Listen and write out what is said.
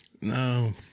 No